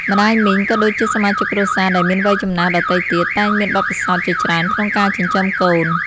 ម្ដាយមីង ក៏ដូចជាសមាជិកគ្រួសារដែលមានវ័យចំណាស់ដទៃទៀត តែងមានបទពិសោធន៍ជាច្រើនក្នុងការចិញ្ចឹមកូន។